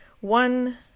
One